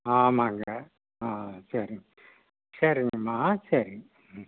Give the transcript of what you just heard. ஆமாங்க ஆ சரி சரிங்கம்மா சரி ம்